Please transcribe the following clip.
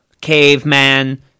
Caveman